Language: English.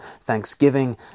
thanksgiving